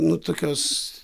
nu tokios